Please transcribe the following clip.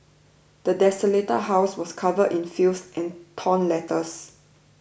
the desolated house was covered in filth and torn letters